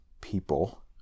people